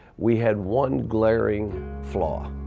we had one glaring flaw